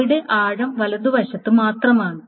അവിടെ ആഴം വലതുവശത്ത് മാത്രമാണ്